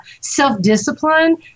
self-discipline